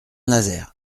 nazaire